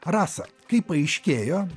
rasa kaip paaiškėjo